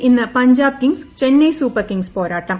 എല്ലിൽ ഇന്ന് Punjab kings Chennai super kings പോരാട്ടം